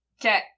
Okay